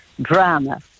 drama